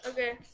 Okay